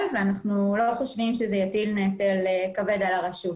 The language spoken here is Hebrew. ואנחנו לא חושבים שזה יטיל נטל כבד על הרשות.